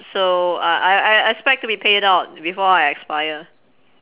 so uh I I I expect to be paid out before I expire